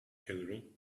hillary